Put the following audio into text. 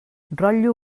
rotllo